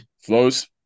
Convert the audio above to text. flows